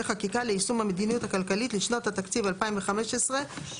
חקיקה ליישום המדיניות הכלכלית לשנות התקציב 2015 ו-2016),